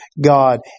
God